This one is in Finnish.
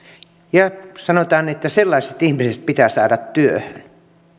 ja sanotaan että sellaiset ihmiset pitää saada työhön